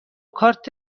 کارت